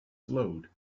slowed